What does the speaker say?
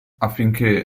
affinché